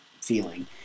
feeling